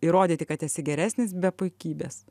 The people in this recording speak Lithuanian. įrodyti kad esi geresnis be puikybės